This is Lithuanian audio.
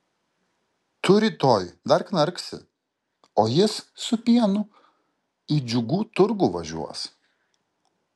tu rytoj dar knarksi o jis su pienu į džiugų turgų važiuos